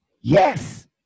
Yes